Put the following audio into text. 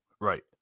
Right